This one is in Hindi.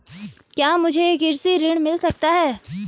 क्या मुझे कृषि ऋण मिल सकता है?